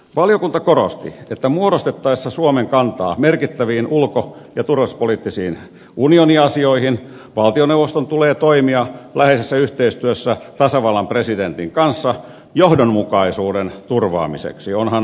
valiokunta korosti että muodostettaessa suomen kantaa merkittäviin ulko ja turvallisuuspoliittisiin unioniasioihin valtioneuvoston tulee toimia läheisessä yhteistyössä tasavallan presidentin kanssa johdonmukaisuuden turvaamiseksi